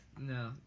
No